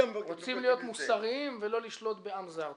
רוצים להיות מוסריים ולא לשלוט בעם זר.